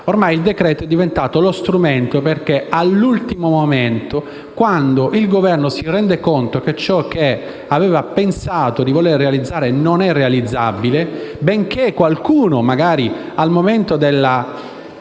è diventato infatti lo strumento utilizzato all'ultimo momento, quando il Governo si rende conto che ciò che aveva pensato di realizzare non è realizzabile, benché qualcuno magari, al momento della